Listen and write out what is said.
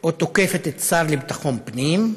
או תוקפת את השר לביטחון הפנים,